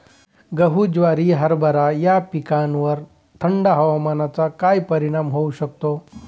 गहू, ज्वारी, हरभरा या पिकांवर थंड हवामानाचा काय परिणाम होऊ शकतो?